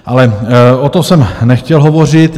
Ale o tom jsem nechtěl hovořit.